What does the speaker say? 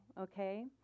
okay